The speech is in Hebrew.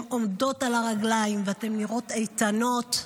עומדות על הרגליים ואתן נראות איתנות.